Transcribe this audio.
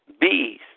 bees